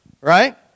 right